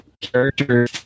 character